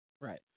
Right